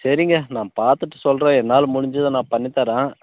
சரிங்க நான் பார்த்துட்டு சொல்கிறேன் என்னால் முடிஞ்சதை நான் பண்ணி தரேன்